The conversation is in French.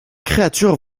créatures